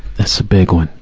that's a big one.